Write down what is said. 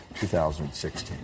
2016